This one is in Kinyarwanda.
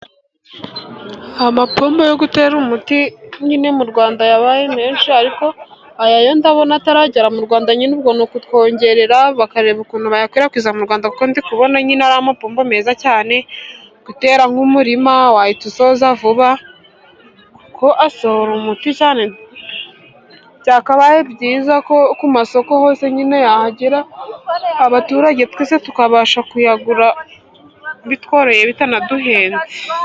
Amapombo yo kutera umuti nyine mu rwanda yabaye menshi, ariko ayayo ndabona ataragera mu rwanda. Nyine ubwo ni ukutwongerera bakareba ukuntu bayakwirakwiza mu rwanda, ndi kubona nyine ari amapombo meza cyane, gutera nk'umurima wahita uwusoza vuba, kuko asohora umuti byakabaye byiza ko ku masoko hose nyine yahagera, abaturage twese tukabasha kuyagura bitworoye bitaduhenze.